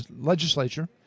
legislature